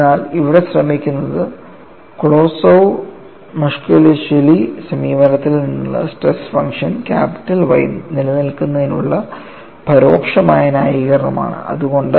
എന്നാൽ ഇവിടെ ശ്രമിക്കുന്നത് കൊളോസോവ് മസ്കെലിഷ്വിലി സമീപനത്തിൽ നിന്നുള്ള സ്ട്രെസ് ഫംഗ്ഷൻ ക്യാപിറ്റൽ Y നിലനിൽക്കുന്നതിനുള്ള പരോക്ഷമായ ന്യായീകരണമാണ്